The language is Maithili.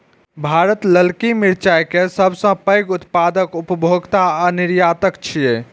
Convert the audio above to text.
भारत ललकी मिरचाय के सबसं पैघ उत्पादक, उपभोक्ता आ निर्यातक छियै